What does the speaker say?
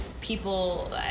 People